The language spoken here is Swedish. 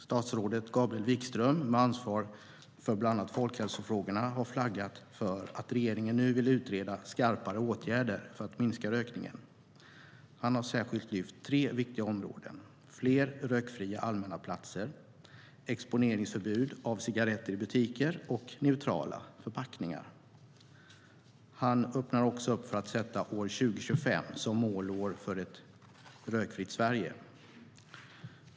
Statsrådet Gabriel Wikström, med ansvar för bland annat folkhälsofrågorna, har flaggat för att regeringen nu vill utreda skarpare åtgärder för att minska rökningen. Han har särskilt lyft fram tre viktiga områden: fler rökfria allmänna platser, exponeringsförbud av cigarretter i butiker och neutrala förpackningar. Han öppnar också för att sätta år 2025 som målår för ett rökfritt Sverige.